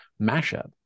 mashup